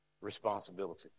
responsibility